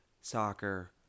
soccer